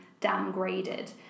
downgraded